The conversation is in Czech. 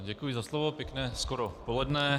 Děkuji za slovo, pěkné skoro poledne.